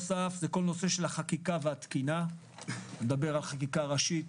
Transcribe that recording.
חקיקה ותקינה - מדובר בחקיקה ראשית,